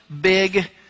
big